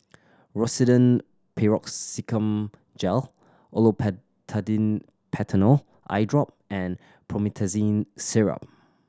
Rosiden Piroxicam Gel Olopatadine Patanol Eyedrop and Promethazine Syrup